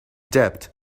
debt